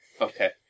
Okay